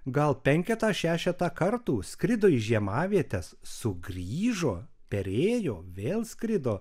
gal penketą šešetą kartų skrido į žiemavietes sugrįžo perėjo vėl skrido